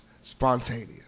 spontaneous